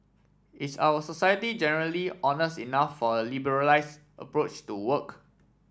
is our society generally honest enough for liberalise approach to work